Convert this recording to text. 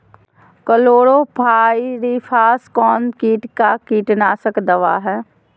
Chlorpyrifos कौन किट का कीटनाशक दवा है?